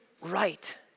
right